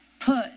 Put